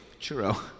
churro